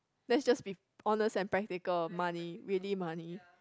let's just be honest and practical money really money